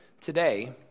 today